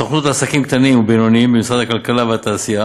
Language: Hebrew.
הסוכנות לעסקים קטנים ובינוניים במשרד הכלכלה והתעשייה